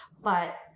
but-